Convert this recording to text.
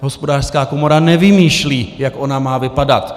Hospodářská komora nevymýšlí, jak ona má vypadat.